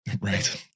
right